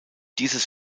dieses